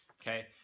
Okay